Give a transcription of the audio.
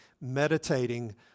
meditating